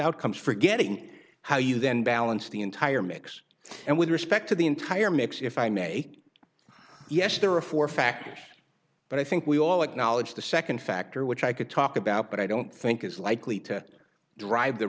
outcomes forgetting how you then balance the entire mix and with respect to the entire mix if i may yes there are four factors but i think we all acknowledge the second factor which i could talk about but i don't think is likely to drive the